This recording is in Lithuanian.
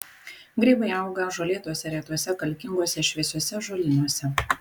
grybai auga žolėtuose retuose kalkinguose šviesiuose ąžuolynuose